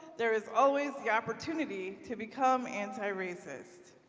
there is always the opportunity to become antiracist.